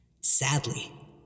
Sadly